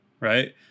right